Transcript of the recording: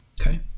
okay